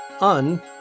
Un